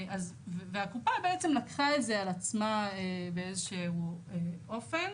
והקופה בעצם לקחה את זה על עצמה באיזה שהוא אופן.